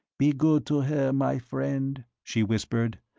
be good to her, my friend, she whispered.